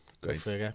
great